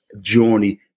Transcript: journey